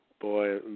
Boy